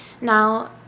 Now